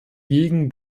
gegen